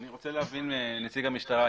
אני רוצה להבין מעידן, נציג המשטרה.